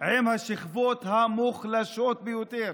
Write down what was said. עם השכבות המוחלשות ביותר.